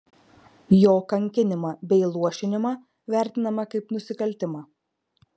jo kankinimą bei luošinimą vertiname kaip nusikaltimą